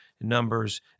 numbers